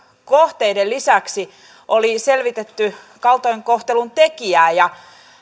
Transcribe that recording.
kohteiden lisäksi oli selvitetty kaltoinkohtelun tekijää ja